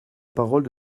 parole